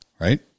right